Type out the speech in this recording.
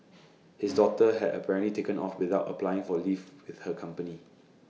his daughter had apparently taken off without applying for leave with her company